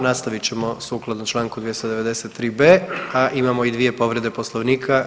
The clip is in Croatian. Nastavit ćemo sukladno čl. 293.b., a imamo i dvije povrede Poslovnika.